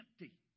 empty